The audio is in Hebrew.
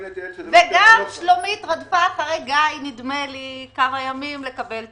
וגם שלומית רדפה אחרי גיא נדמה לי כמה ימים לקבל תשובה.